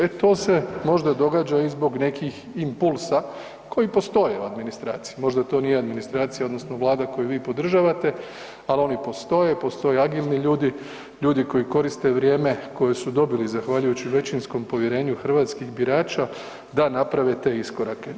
E to se možda događa i zbog nekih impulsa koji postoje u administraciji, možda to nije administracija odnosno Vlada koju podržavate, ali oni postoje, postoje agilni ljudi, ljudi koji koriste vrijeme, koji su dobili zahvaljujući većinskom povjerenju hrvatskih birača da naprave te iskorake.